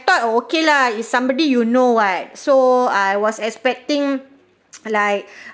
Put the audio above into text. thought oh okay lah is somebody you know what so I was expecting like